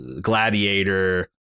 Gladiator